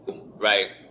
right